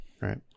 right